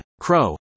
CROW